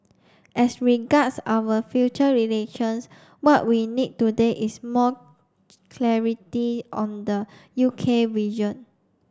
as regards our future relations what we need today is more clarity on the U K vision